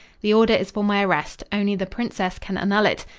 the order is for my arrest. only the princess can annul it.